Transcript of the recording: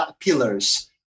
pillars